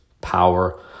power